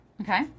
Okay